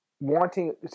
wanting